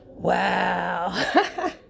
Wow